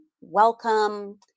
welcome